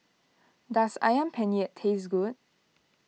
does Ayam Penyet taste good